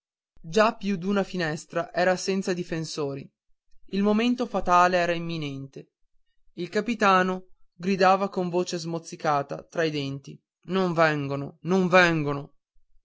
già più d'una finestra era senza difensori il momento fatale era imminente il capitano gridava con voce smozzicata fra i denti non vengono non vengono